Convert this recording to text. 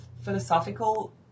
philosophical